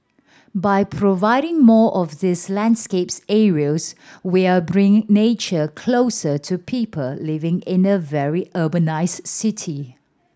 by providing more of these landscapes areas we're bringing nature closer to people living in a very urbanised city